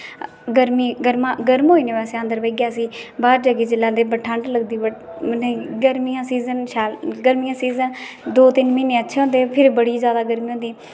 गर्मिये च गर्म होई जंने बेसे अंदर बेइये असी बाहर जने जिसले ठंड लगदी बडी नेई गर्मिये दा सीजन शैल गर्मिये दा सीजन दो तिन महिने अच्छे होंदे फिर बडी ज्यादा गर्मी होंदी